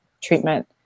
treatment